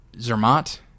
Zermatt